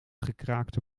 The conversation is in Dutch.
gekraakte